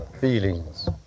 feelings